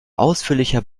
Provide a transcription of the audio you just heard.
ausführlicher